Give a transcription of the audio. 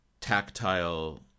tactile